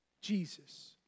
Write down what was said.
Jesus